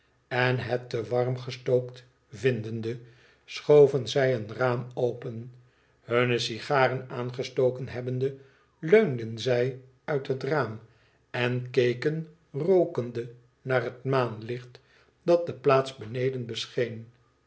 en het te warm gestookt vindende schoven zij een raam open hunne sigaren aangestoken hebbende leunden zij uit het raam en keken rookende naar het maanlicht dat de plaats beneden